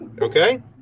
okay